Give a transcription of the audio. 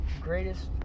greatest